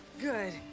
Good